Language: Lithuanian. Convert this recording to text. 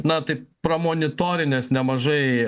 na tai pramonitorines nemažai